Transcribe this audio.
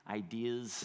ideas